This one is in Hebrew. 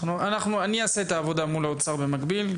אני אעשה את העבודה מול האוצר במקביל,